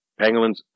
Pangolins